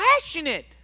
passionate